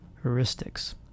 heuristics